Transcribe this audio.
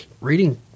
reading